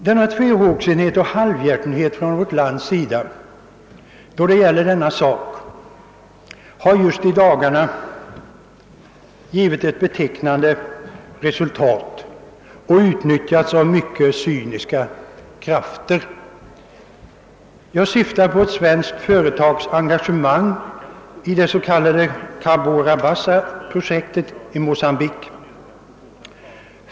Den tvehågsenhet och halvhjärtenhet som vårt land visat i denna fråga har just i dagarna givit ett betecknande resultat och utnyttjats av mycket cyniska krafter. Jag syftar på ett svenskt företags engagemang i det s.k. Cabora Bassa-projektet i Mocambique.